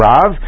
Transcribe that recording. Rav